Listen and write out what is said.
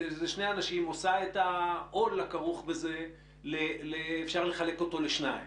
עושה את העול הכרוך בזה שאפשר לחלק אותו לשניים